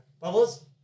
bubbles